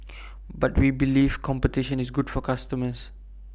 but we believe competition is good for customers